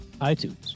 iTunes